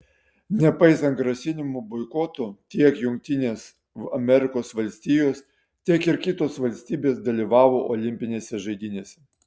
nepaisant grasinimų boikotu tiek jungtinės amerikos valstijos tiek ir kitos valstybės dalyvavo olimpinėse žaidynėse